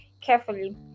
carefully